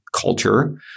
culture